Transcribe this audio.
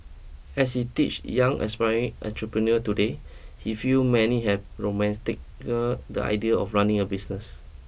as he teaches young aspiring entrepreneur today he feel many have romanticised the idea of running a business